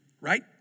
right